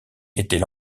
était